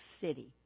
city